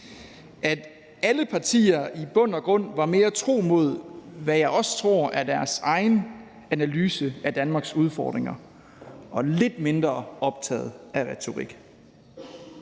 at alle partier i bund og grund var mere tro mod, hvad jeg også tror er deres egen analyse af Danmarks udfordringer, og lidt mindre optaget af retorik.